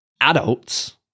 adults